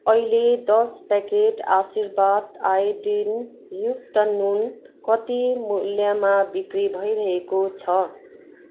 अहिले दस packet Aashirvaad iodine युक्त नुन कति मूल्यमा बिक्री भइरहेको छ